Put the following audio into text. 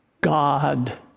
God